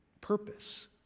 purpose